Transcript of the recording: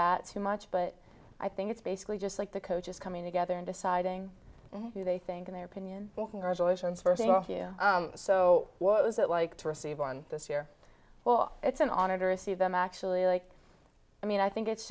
that too much but i think it's basically just like the coaches coming together and deciding who they think in their opinion well congratulations for being here so what was it like to receive one this year well it's an honor to receive them actually like i mean i think it's